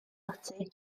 ati